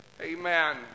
Amen